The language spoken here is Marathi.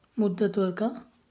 मुद्दलवर का